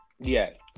yes